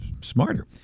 smarter